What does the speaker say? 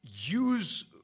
use